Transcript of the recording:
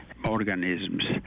organisms